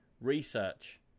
research